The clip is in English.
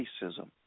racism